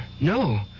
no